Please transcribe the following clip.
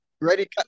Ready